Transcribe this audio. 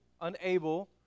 unable